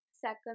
second